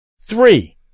Three